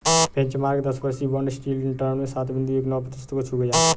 benchmark दस वर्षीय bond yield intraday trade में सात बिंदु एक नौ प्रतिशत को छू गया